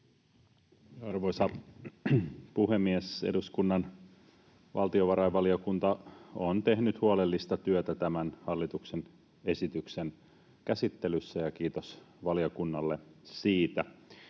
Arvoisa puhemies! Eduskunnan valtiovarainvaliokunta on tehnyt huolellista työtä tämän hallituksen esityksen käsittelyssä, ja kiitos valiokunnalle siitä.